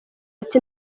ati